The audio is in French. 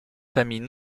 famille